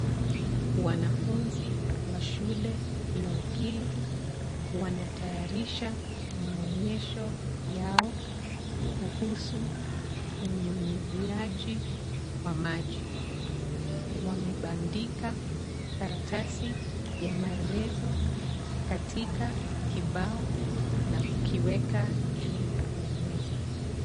Wanafunzi wa shule ya upili wanatayarisha maoneysho yao kuhusu ununyiziaji wa maji, wamebandika makaratasi ya maelezo katika kibao na kukiweka juu ya meza.